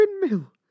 windmill